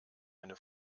eine